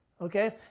okay